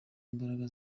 imbaraga